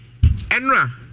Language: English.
Enra